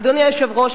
אדוני היושב-ראש,